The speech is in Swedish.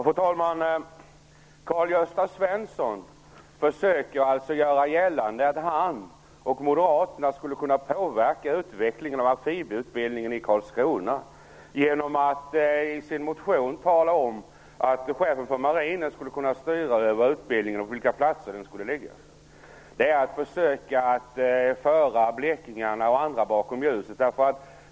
Fru talman! Karl-Gösta Svenson försöker göra gällande att han och Moderaterna skulle kunna påverka utvecklingen av amfibieutbildningen i Karlskrona genom att i sin motion tala om att chefen för marinen skulle kunna styra över utbildningen och på vilka platser den skulle ligga. Det är att försöka att föra blekingar och andra bakom ljuset.